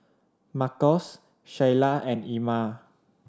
Marcos Sheyla and Ima